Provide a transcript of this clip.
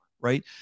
Right